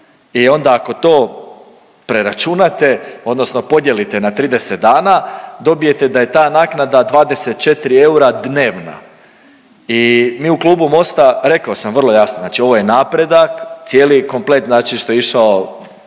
i onda ako to preračunate, odnosno podijelite na 30 dana, dobijete da je ta naknada 24 eura dnevno i mi u Klubu Mosta, rekao sam vrlo jasno, znači ovo je napredak, cijeli je komplet znači što je išao,